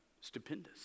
stupendous